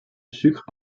sucre